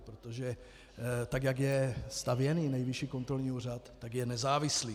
Protože tak jak je stavěn Nejvyšší kontrolní úřad, tak je nezávislý.